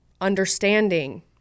understanding